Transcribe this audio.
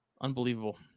unbelievable